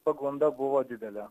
pagunda buvo didelė